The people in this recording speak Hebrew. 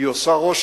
היא עושה רושם.